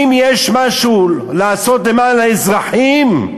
אם יש משהו לעשות למען האזרחים,